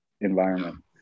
environment